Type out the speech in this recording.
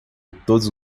todos